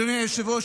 אדוני היושב-ראש,